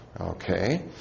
Okay